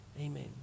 amen